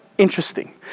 interesting